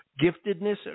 Giftedness